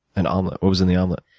an omelet. what was in the omelet?